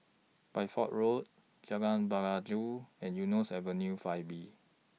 Bideford Road Jalan Pelajau and Eunos Avenue five B